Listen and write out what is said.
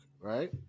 right